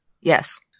Yes